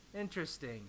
interesting